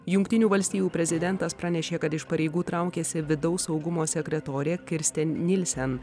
jungtinių valstijų prezidentas pranešė kad iš pareigų traukiasi vidaus saugumo sekretorė kirsten nilsen